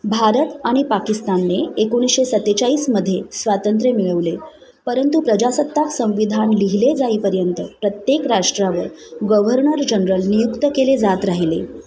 भारत आणि पाकिस्तानने एकोणीसशे सत्तेचाळीसमध्ये स्वातंत्र्य मिळवले परंतु प्रजासत्ताक संविधान लिहिले जाईपर्यंत प्रत्येक राष्ट्रावर गव्हर्नर जनरल नियुक्त केले जात राहिले